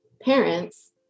parents